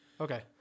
okay